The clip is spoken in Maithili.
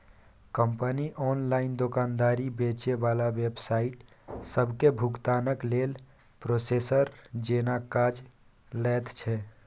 कंपनी ऑनलाइन दोकानदार, बेचे बला वेबसाइट सबके भुगतानक लेल प्रोसेसर जेना काज लैत छै